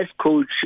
coach